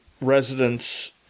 residents